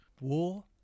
War